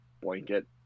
blanket